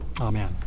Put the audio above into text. Amen